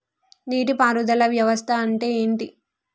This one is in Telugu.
నీటి పారుదల వ్యవస్థ అంటే ఏంటి?